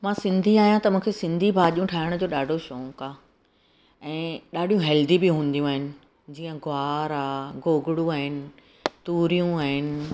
मां सिंधी आहियां त मूंखे सिंधी भाॼियूं ठाहिण जो ॾाढो शौंक़ु आहे ऐं ॾाढियूं हेल्दी बि हूंदियूं आहिनि जीअं ग्वार आहे गोगड़ूं आहिनि तूरियूं आहिनि